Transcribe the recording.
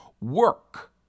work